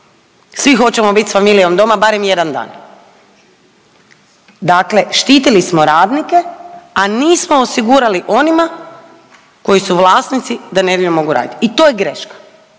Svi hoćemo bit sa familijom doma barem jedan dan. Dakle, štitili smo radnike, a nismo osigurali onima koji su vlasnici da nedjeljom mogu raditi. I to je greška,